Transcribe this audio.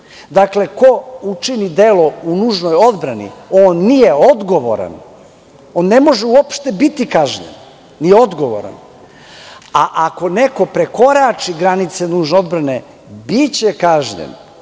Dakle, ko učini delo u nužnoj odbrani on nije odgovoran, on ne može uopšte biti kažnjen, nije odgovoran. A ako neko prekorači granice nužne odbrane biće kažnjen